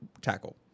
tackle